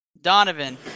Donovan